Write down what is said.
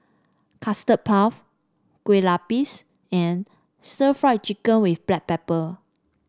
Custard Puff Kue Lupis and Stir Fried Chicken with Black Pepper